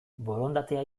borondatea